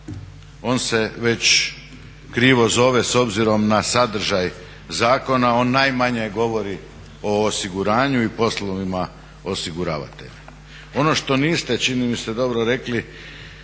On se već krivo zove s obzirom na sadržaj zakona. On najmanje govori o osiguranju i poslovima osiguravatelja. Ono što niste čini mi se dobro rekli,